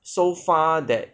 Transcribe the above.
so far that